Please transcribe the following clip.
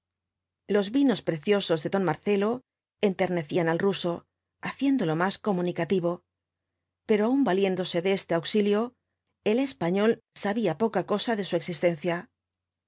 los vinos preciosos de don marcelo enternecían al ruso haciéndolo más comunicativo pero aun valiéndose de este auxilio el español sabía poca cosa de su existencia